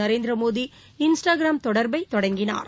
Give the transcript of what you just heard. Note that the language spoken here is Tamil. நரேந்திரமோடி இன்ஸ்ட்ரகாம் தொடர்பை தொடங்கினார்